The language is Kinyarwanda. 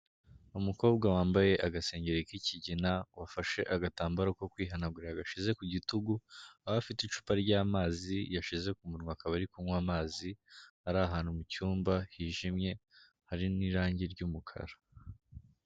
Umukobwa wambaye agasengenge k'ikigina, wafashe agatambaro ko kwihanagura yagashyize ku gitugu, aho afite icupa ry'amazi yashize ku munwa, akaba ari kunywa amazi, ari ahantu mu cyumba hijimye hari n'irangi ry'umukara.